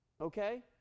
Okay